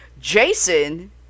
Jason